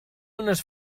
unes